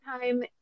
time